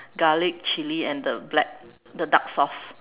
garlic chili and the black the dark sauce